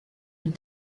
une